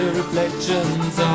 reflections